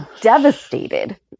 devastated